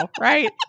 right